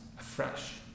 afresh